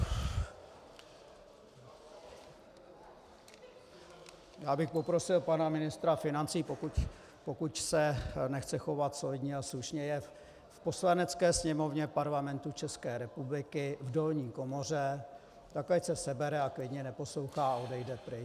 Já bych poprosil pana ministra financí, pokud se nechce chovat solidně a slušně, je v Poslanecké sněmovně Parlamentu České republiky, v dolní komoře, tak ať se sebere a klidně neposlouchá a odejde pryč.